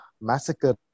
massacre